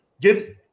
Get